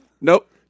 Nope